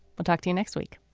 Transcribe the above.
we'll talk to you next week